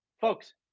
Folks